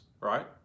right